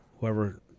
Whoever